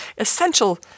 essential